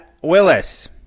Willis